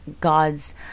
gods